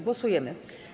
Głosujemy.